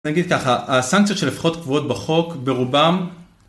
נגיד ככה הסנקציות שלפחות קבועות בחוק ברובם